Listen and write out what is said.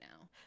now